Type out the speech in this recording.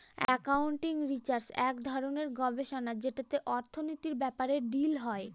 accounting research এক ধরনের গবেষণা যেটাতে অর্থনীতির ব্যাপারে ডিল হয়